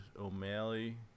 O'Malley